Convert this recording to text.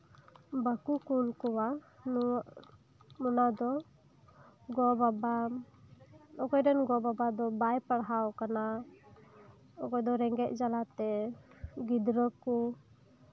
ᱵᱟᱠᱚ ᱠᱩᱞ ᱠᱚᱣᱟ ᱚᱱᱟ ᱫᱚ ᱜᱚᱼᱵᱟᱵᱟ ᱚᱠᱚᱭᱨᱮᱱ ᱜᱚᱼᱵᱟᱵᱟ ᱫᱚ ᱵᱟᱭ ᱯᱟᱲᱦᱟᱣ ᱟᱠᱟᱱᱟ ᱚᱠᱚᱭ ᱫᱚ ᱨᱮᱸᱜᱮᱡ ᱡᱟᱞᱟᱛᱮ ᱜᱤᱫᱽᱨᱟᱹ ᱠᱚ